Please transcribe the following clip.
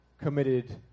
committed